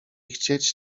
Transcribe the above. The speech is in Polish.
chcieć